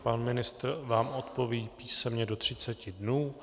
Pan ministr vám odpoví písemně do 30 dnů.